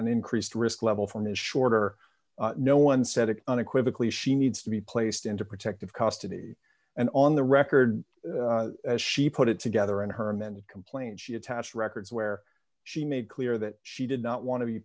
an increased risk level from his shorter no one said it unequivocally she needs to be placed into protective custody and on the record as she put it together and her mended complaint she attached records where she made clear that she did not want to be